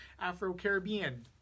Afro-Caribbean